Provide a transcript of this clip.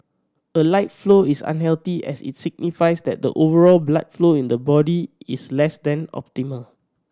a light flow is unhealthy as it's signifies that the overall blood flow in the body is less than optimal